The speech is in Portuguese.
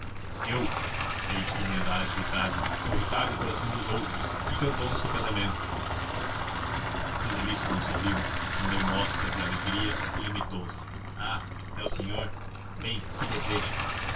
eu fez com humildade ricardo sou ricardo coração dos outros que cantou no seu casamento genelício não sorriu não deu mostras de alegria e limitou-se ah é o senhor bem que deseja